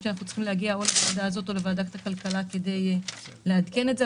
אנחנו צריכים להגיע או לוועדה הזאת או לוועדת הכלכלה כדי לעדכן את זה.